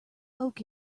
oak